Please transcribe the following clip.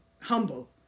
humble